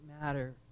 matter